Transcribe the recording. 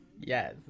yes